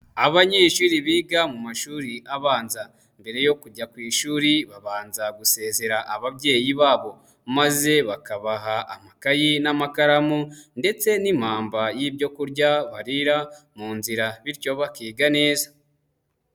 Abanyeshuri biga mu mashuri abanza, mbere yo kujya ku ishuri babanza gusere ababyeyi babo, maze bakabaha amakayi n'amakaramu, ndetse n'impamba y'ibyo kurya barira mu nzira, bityo bakiga neza.